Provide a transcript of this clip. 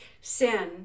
Sin